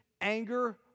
anger